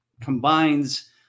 combines